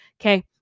Okay